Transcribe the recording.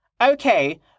Okay